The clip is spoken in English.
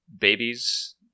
babies